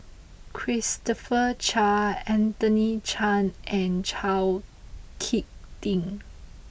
Christopher Chia Anthony Chen and Chao Hick Tin